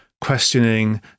questioning